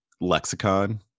lexicon